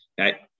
okay